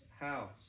house